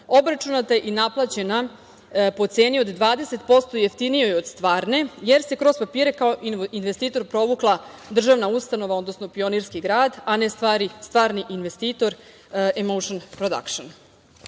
obračunata je i naplaćena po ceni od 20% jeftinijoj od stvarne, jer se kroz papire kao investitor provukla državna ustanova, odnosno Pionirski grad, a ne stvarni investitor „Emoušn prodakšn“.